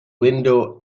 window